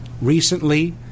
recently